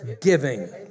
giving